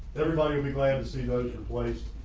everybody would be glad to see those replaced.